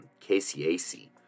KCAC